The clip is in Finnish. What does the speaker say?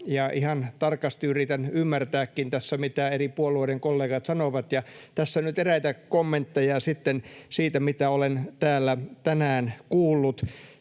tarkasti yritän ymmärtääkin tässä, mitä eri puolueiden kollegat sanovat, ja tässä nyt eräitä kommentteja sitten siitä, mitä olen täällä tänään kuullut.